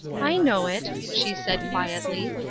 i know it, she said quietly.